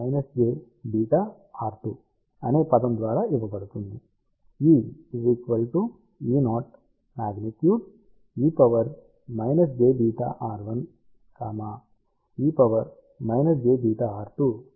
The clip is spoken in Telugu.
E E0 magnitude e−jβr1e−jβr2 phase terms